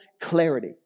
clarity